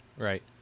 Right